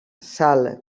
sal